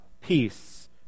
peace